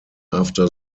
after